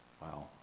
Wow